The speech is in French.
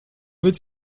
veux